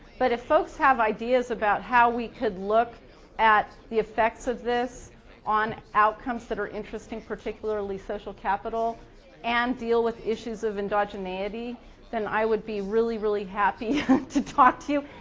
but if folks have ideas about how we could look at the effects of this on outcomes that are interesting, particularly social capital and deal with issues of endogeneity then i would be really, really happy to talk to you,